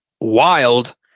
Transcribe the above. wild